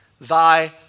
thy